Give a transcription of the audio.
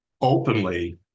openly